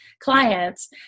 clients